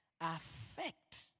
affect